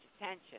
attention